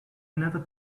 never